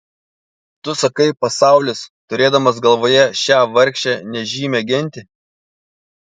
tu sakai pasaulis turėdamas galvoje šią vargšę nežymią gentį